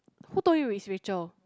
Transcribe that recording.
who told you is Rachel